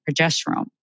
progesterone